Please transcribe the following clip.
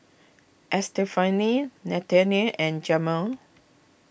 Estefany Nannette and Jamaal